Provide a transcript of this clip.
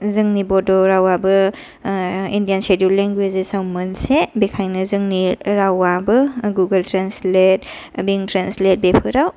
जोंनि बड' रावाबो इण्डियान चिडुल लेंगुवेजेसआव मोनसे बेखायनो जोंनि रावाबो गुगल ट्रेन्सलेट ट्रेन्सलेट बेफोराव